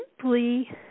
simply